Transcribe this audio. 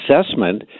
assessment